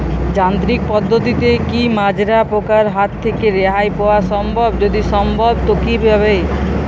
যান্ত্রিক পদ্ধতিতে কী মাজরা পোকার হাত থেকে রেহাই পাওয়া সম্ভব যদি সম্ভব তো কী ভাবে?